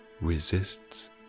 resists